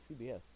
CBS